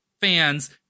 fans